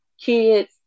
kids